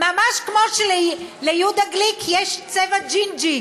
ממש כמו שליהודה גליק יש צבע ג'ינג'י,